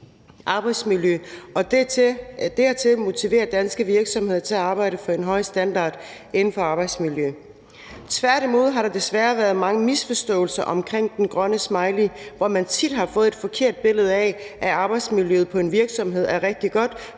og motivere danske virksomheder til at arbejde for en høj standard inden for arbejdsmiljø. Tværtimod har der desværre været mange misforståelser omkring den grønne smiley, hvor man tit har fået et forkert billede af, at arbejdsmiljøet på en virksomhed er rigtig godt,